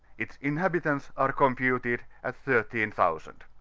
its inhabitants are computed at thirteen thousand.